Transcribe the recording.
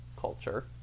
culture